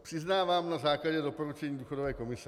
Přiznávám na základě doporučení důchodové komise.